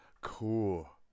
Cool